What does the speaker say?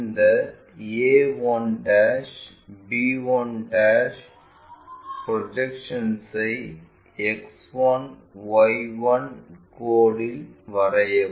இந்த a1 b1 ப்ரொஜெக்ஷன்ஐ X1 Y1 கோடில் வரையவும்